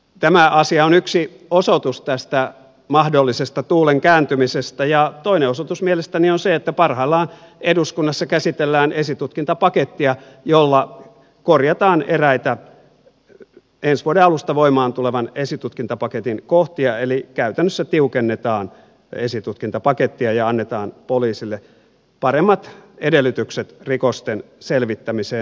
tämä asia on yksi osoitus tästä mahdollisesta tuulen kääntymisestä ja toinen osoitus mielestäni on se että parhaillaan eduskunnassa käsitellään esitutkintapakettia jolla korjataan eräitä ensi vuoden alusta voimaan tulevan esitutkintapaketin kohtia eli käytännössä tiukennetaan esitutkintapakettia ja annetaan poliisille paremmat edellytykset rikosten selvittämiseen